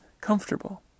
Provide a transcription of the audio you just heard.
comfortable